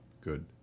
good